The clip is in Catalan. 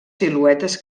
siluetes